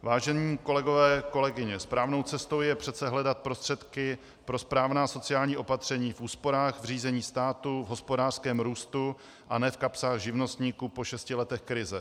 Vážení kolegové, kolegyně, správnou cestou je přece hledat prostředky pro správná sociální opatření v úsporách v řízení státu, v hospodářském růstu, a ne v kapsách živnostníků po šesti letech krize.